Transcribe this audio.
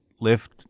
lift